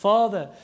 Father